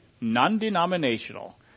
non-denominational